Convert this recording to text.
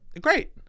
Great